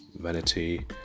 vanity